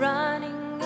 running